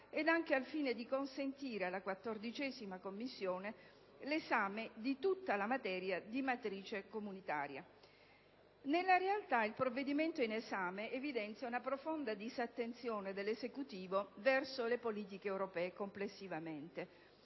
e al fine di consentire alla 14a Commissione di operare l'esame di tutta la materia di matrice comunitaria. Nella realtà, il provvedimento in esame evidenza una profonda disattenzione dell'Esecutivo verso le politiche europee complessivamente.